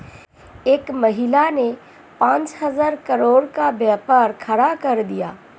एक महिला ने पांच हजार करोड़ का व्यापार खड़ा कर दिया